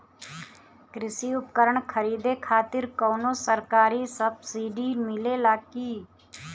कृषी उपकरण खरीदे खातिर कउनो सरकारी सब्सीडी मिलेला की?